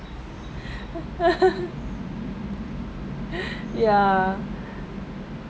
yeah